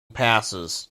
passes